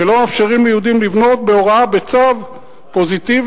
שלא מאפשרים ליהודים לבנות בהוראה, בצו פוזיטיבי?